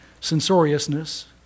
censoriousness